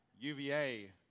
UVA